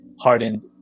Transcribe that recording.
hardened